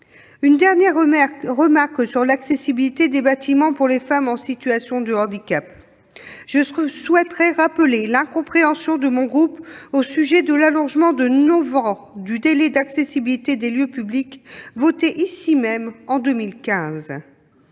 une dernière remarque sur l'accessibilité des bâtiments pour les femmes en situation de handicap. Je rappelle l'incompréhension de mon groupe concernant l'allongement de neuf ans du délai de mise en accessibilité des lieux publics, voté ici même en 2015.